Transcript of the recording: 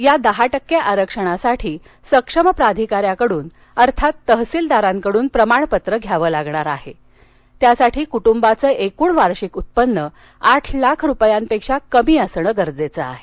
या दहा टक्के आरक्षणासाठी सक्षम प्राधिकाऱ्याकडून अर्थात तहसीलदारांकडून प्रमाणपत्र घ्यावे लागणार असून कुटुंबाचं एकूण वार्षिक उत्पन्न आठ लाख रुपयांपेक्षा कमी असण गरजेच आहे